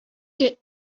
get